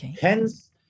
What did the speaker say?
Hence